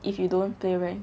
if you don't play rank